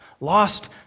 lost